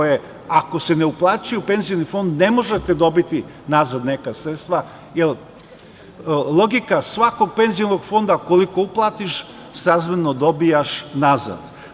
Ako se ne uplaćuje u Penzioni fond ne možete dobiti nazad neka sredstava, jer logika svakog penzionog fonda je koliko uplatiš, srazmerno dobijaš nazad.